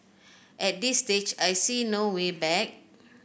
at this stage I see no way back